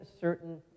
certain